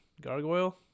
Gargoyle